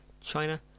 China